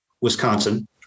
Wisconsin